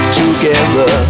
together